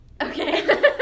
Okay